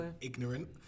ignorant